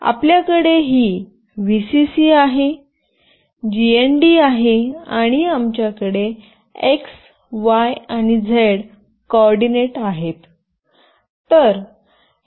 आपल्याकडे ही व्हीसीसी आहे जीएनडी आहे आणि आमच्याकडे एक्स वाय आणि झेड कोऑर्डिनेट आहेत